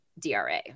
DRA